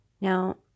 now